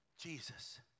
Jesus